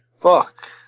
Fuck